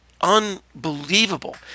unbelievable